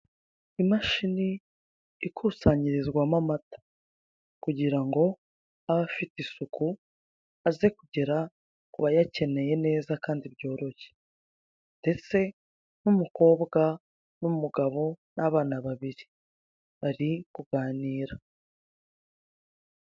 Imashini ikusanyirizwamo amata kugira ngo aba afite isuku, aze kugera ku bayakeneye neza kandi byoroshye. Ndetse n'umukobwa, n'umugabo, n'abana babiri, bari kuganira.